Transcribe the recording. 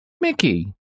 Mickey